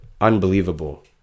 unbelievable